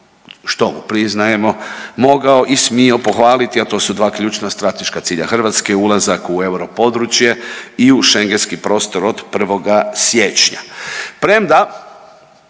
što mu priznajemo, mogao i smio pohvaliti, a to su dva ključna strateška cilja Hrvatske, ulazak u europodručje i u shengenski prostor od 1. siječnja.